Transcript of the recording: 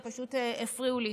הם פשוט הפריעו לי.